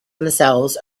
themselves